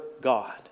God